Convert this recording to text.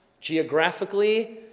Geographically